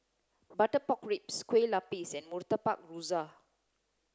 butter pork ribs Kue Lupis and Murtabak Rusa